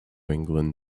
england